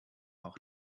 auch